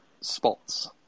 spots